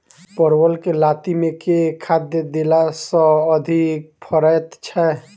परवल केँ लाती मे केँ खाद्य देला सँ अधिक फरैत छै?